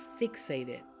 fixated